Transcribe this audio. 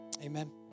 Amen